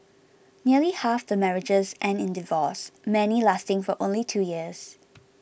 nearly half the marriages end in divorce many lasting for only two years